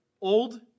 old